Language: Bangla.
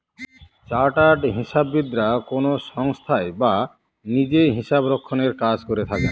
চার্টার্ড হিসাববিদরা কোনো সংস্থায় বা নিজে হিসাবরক্ষনের কাজ করে থাকেন